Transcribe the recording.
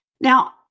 Now